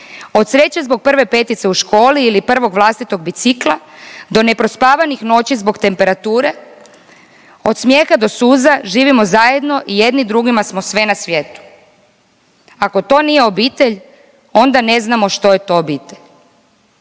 Od sreće zbog prve petice u školi ili prvog vlastitog bicikla do neprospavanih noći zbog temperature, od smijeha do suza živimo zajedno i jedni drugima smo sve na svijetu. Ako to nije obitelj onda ne znamo što je to obitelj.